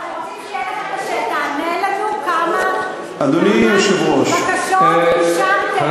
אנחנו רוצים שתענה לנו כמה בקשות אישרתם, הוא לא